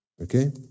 okay